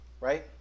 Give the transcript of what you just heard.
right